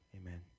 amen